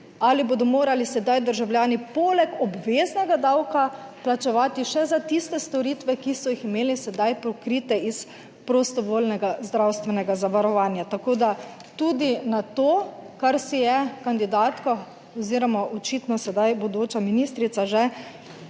Ali bodo morali sedaj državljani poleg obveznega davka plačevati še za tiste storitve, ki so jih imeli sedaj pokrite iz prostovoljnega zdravstvenega zavarovanja? Tako, da tudi na to, kar si je kandidatka oziroma očitno sedaj bodoča ministrica že